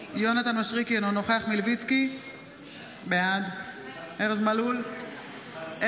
אינו נוכח עופר כסיף, אינו נוכח אופיר